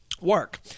work